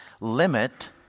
limit